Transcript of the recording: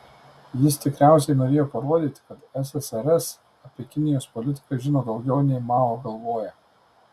jis tikriausiai norėjo parodyti kad ssrs apie kinijos politiką žino daugiau nei mao galvoja